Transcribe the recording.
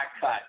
cut